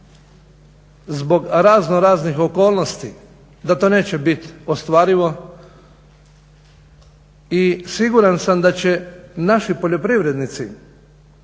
zbog raznoraznih okolnosti da to neće bit ostvarivo i siguran sam da će naši poljoprivrednici